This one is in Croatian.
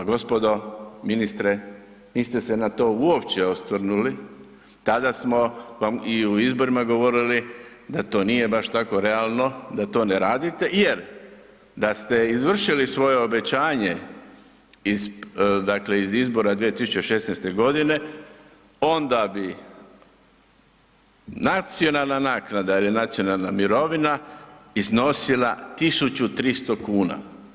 Gospodo, ministre, niste se na to uopće osvrnuli, tada smo vam i u izborima govorili da to nije baš tako realno, da to ne radite jer da ste izvršili svoje obećanje iz izbora 2016.godine onda bi nacionalna naknada ili nacionalna mirovina iznosila 1.300 kuna.